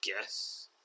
guess